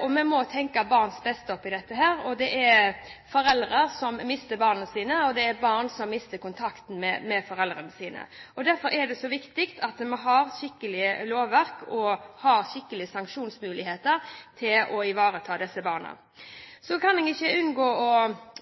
og vi må tenke barns beste oppi dette. Det er foreldre som mister barna sine, og det er barn som mister kontakten med foreldrene sine. Derfor er det så viktig at vi har et skikkelig lovverk og skikkelige sanksjonsmuligheter for å ivareta disse barna. Så kan jeg ikke unngå å